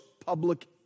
public